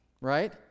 Right